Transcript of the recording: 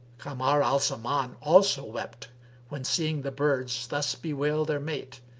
kamar al-zaman also wept when seeing the birds thus bewail their mate,